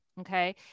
okay